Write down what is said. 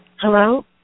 Hello